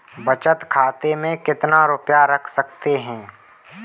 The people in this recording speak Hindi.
बचत खाते में कितना रुपया रख सकते हैं?